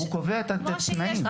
הוא קובע את התנאים.